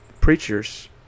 preachers